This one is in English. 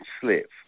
slip